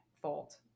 fault